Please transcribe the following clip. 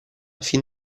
fin